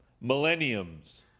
millenniums